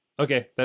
Okay